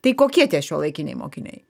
tai kokie tie šiuolaikiniai mokiniai